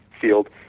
field